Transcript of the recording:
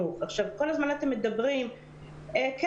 ככל שההורים מוכנים.